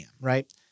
right